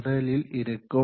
நிரலில் இருக்கும்